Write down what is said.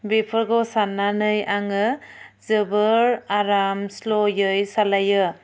बेफोरखौ सान्नानै आङो जोबोर आराम स्ल'यै सालायो